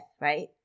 right